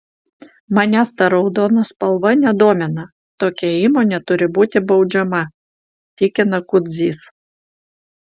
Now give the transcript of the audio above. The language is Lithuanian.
manęs ta raudona spalva nedomina tokia įmonė turi būti baudžiama tikina kudzys